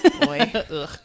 boy